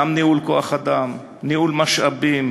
גם ניהול כוח-אדם, ניהול משאבים,